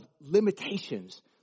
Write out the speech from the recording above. limitations